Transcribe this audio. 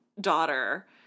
daughter